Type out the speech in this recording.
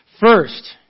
First